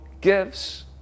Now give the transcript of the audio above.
gives